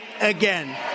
again